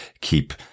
keep